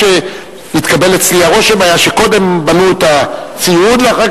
הרושם שהתקבל אצלי היה שקודם בנו את הציוד ואחר